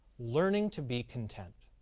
learning to be content.